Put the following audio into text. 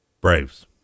Braves